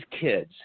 kids